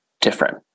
different